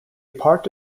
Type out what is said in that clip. part